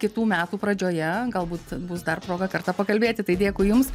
kitų metų pradžioje galbūt bus dar proga kartą pakalbėti tai dėkui jums